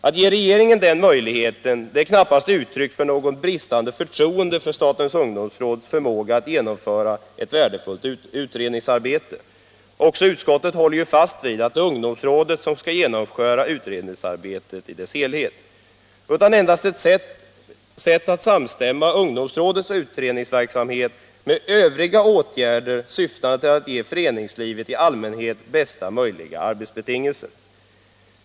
Att ge regeringen denna möjlighet är knappast uttryck för något bristande förtroende för statens ungdomsråds förmåga att genomföra ett värdefullt utredningsarbete — också utskottet håller ju fast vid att det är ungdomsrådet som skall genomföra utredningsarbetet — utan endast ett sätt att samstämma ungdomsrådets utredningsverksamhet med övriga åtgärder, syftande till att ge föreningslivet i allmänhet bästa möjliga arbetsbetingelser.